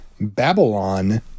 Babylon